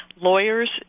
lawyers